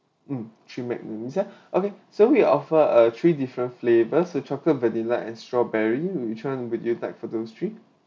mm three magnums ya okay so we offer uh three different flavours the chocolate vanilla and strawberry which one would you like for those three